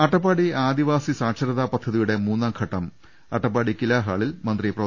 അട്ടപ്പാടി ആദിവാസി സാക്ഷരതാ പദ്ധതിയുടെ മൂന്നാം ഘട്ടം അട്ടപ്പാടി കിലാ ഹാളിൽ മന്ത്രി പ്രൊഫ